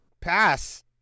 pass